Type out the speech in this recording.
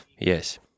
Yes